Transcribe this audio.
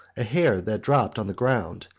a hair that dropped on the ground,